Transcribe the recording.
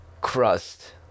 crust